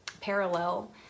parallel